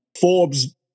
Forbes